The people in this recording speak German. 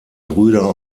brüder